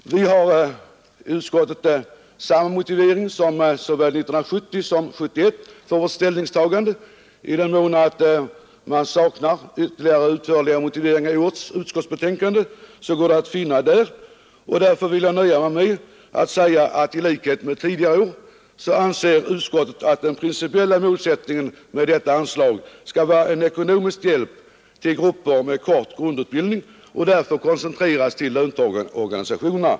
Vi har i utskottet samma motivering för vårt ställningstagande som såväl 1970 som 1971. I den mån man saknar ytterligare utförliga motiveringar i årets utskottsbetänkande, går det att finna dem i dessa tidigare betänkanden. Därför vill jag nöja mig med att säga att i likhet med tidigare år anser utskottet att den principiella målsättningen för detta anslag skall vara en ekonomisk hjälp till grupper med kort grundutbildning och att det därför skall koncentreras till löntagarorganisationerna.